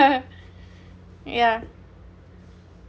yeah